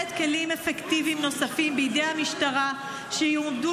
קיים צורך חיוני לתת כלים אפקטיביים נוספים בידי המשטרה שיועמדו